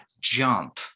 jump